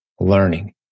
learning